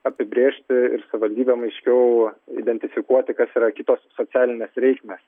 apibrėžti ir savivaldybėm aiškiau identifikuoti kas yra kitos socialinės reikmės